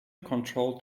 control